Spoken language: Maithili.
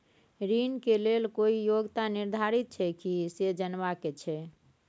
ऋण के लेल कोई योग्यता निर्धारित छै की से जनबा के छै?